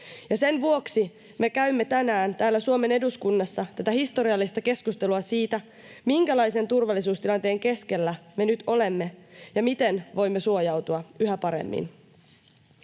Sen vuoksi me käymme tänään täällä Suomen eduskunnassa tätä historiallista keskustelua siitä, minkälaisen turvallisuustilanteen keskellä me nyt olemme ja miten voimme suojautua yhä paremmin.